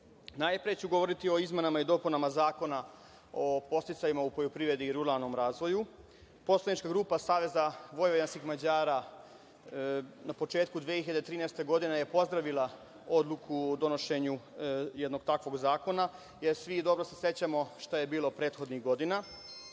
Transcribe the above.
redu. Najpre ću govoriti o izmenama i dopunama Zakona o podsticajima u poljoprivredi i ruralnom razvoju. Poslanička grupa SVM na početku 2013. godine je pozdravila odluku o donošenju jednog takvog zakona. Svi se dobro sećamo šta je bilo prethodnih godina.